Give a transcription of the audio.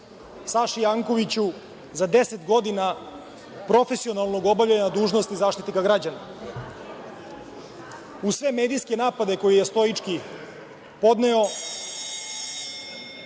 Saši Jankoviću za deset godina profesionalnog obavljanja dužnosti Zaštitnika građana. Uz sve medijske napade koje je stojički podneo,